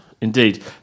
Indeed